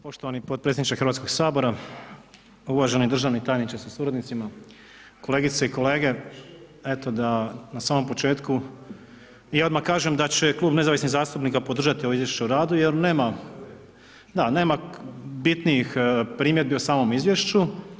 Poštovani podpredsjedniče Hrvatskog sabora, uvaženi državni tajniče sa suradnicima, kolegice i kolege, eto da na samom početku i odmah kažem da će Klub nezavisnih zastupnika podržati ovo izvješće o radu jer nema, da nema bitnijih primjedbi o samom izvješću.